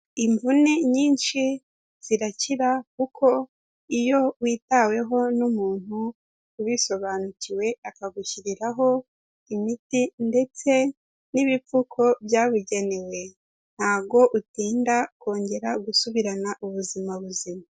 Imvune nyinshi zirakira kuko iyo witaweho n'umuntu ubisobanukiwe akagushyiriraho imiti ndetse n'ibipfuko byabugenewe, ntabwo utinda kongera gusubirana ubuzima buzima.